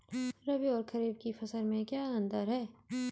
रबी और खरीफ की फसल में क्या अंतर है?